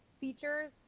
features